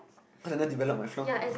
let them develop my front camera